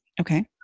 Okay